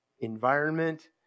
environment